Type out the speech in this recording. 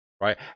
right